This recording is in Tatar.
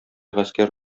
гаскәр